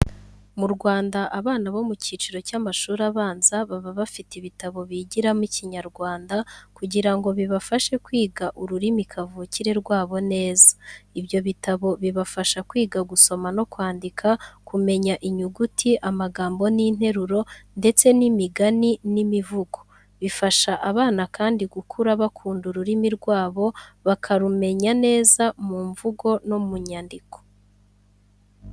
Mu Rwanda abana bo mu cyiciro cy'amashuri abanza baba bafite ibitabo bigiramo Ikinyarwanda, kugira ngo bibafashe kwiga ururimi kavukire rwabo neza. Ibyo bitabo bibafasha kwiga gusoma no kwandika, kumenya inyuguti, amagambo n'interuro, ndetse n'imigani n'imivugo. Bifasha abana kandi gukura bakunda ururimi rwabo, bakarumenya neza mu mvugo no mu nyandiko.